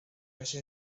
ese